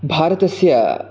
भारतस्य